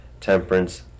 temperance